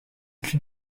cul